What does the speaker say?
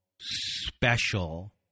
special